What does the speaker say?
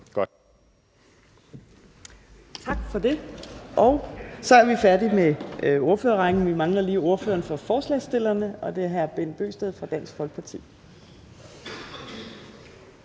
Tak for det, og så er vi færdige med ordførerrækken. Vi mangler lige ordføreren for forslagsstillerne, og det er hr. Bent Bøgsted fra Dansk Folkeparti.